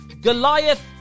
Goliath